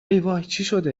سراسیمه